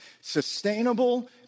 sustainable